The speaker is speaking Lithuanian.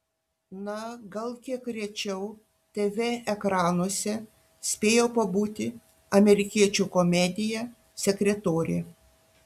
na gal kiek rečiau tv ekranuose spėjo pabūti amerikiečių komedija sekretorė